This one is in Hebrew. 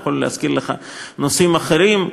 אני יכול להזכיר לך נושאים אחרים,